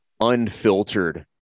unfiltered